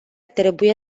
trebuie